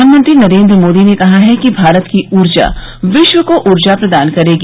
प्रधानमंत्री नरेन्द्र मोदी ने कहा है कि भारत की ऊर्जा विश्व को ऊर्जा प्रदान करेगी